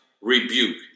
rebuke